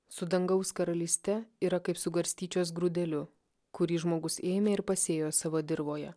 su dangaus karalyste yra kaip su garstyčios grūdeliu kurį žmogus ėmė ir pasėjo savo dirvoje